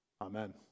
Amen